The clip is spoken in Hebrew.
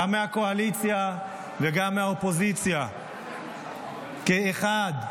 גם מהקואליציה וגם מהאופוזיציה כאחד.